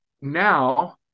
now